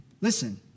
Listen